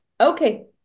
okay